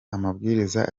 amabwiriza